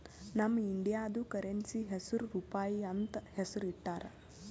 ನಮ್ ಇಂಡಿಯಾದು ಕರೆನ್ಸಿ ಹೆಸುರ್ ರೂಪಾಯಿ ಅಂತ್ ಹೆಸುರ್ ಇಟ್ಟಾರ್